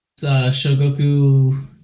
Shogoku